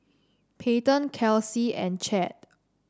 Payten Kelsie and Chadd